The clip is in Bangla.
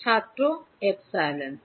ছাত্র এপসিলন এস